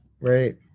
Right